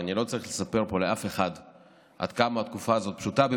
ואני לא צריך לספר פה לאף אחד עד כמה התקופה לא פשוטה,